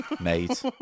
Mate